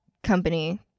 company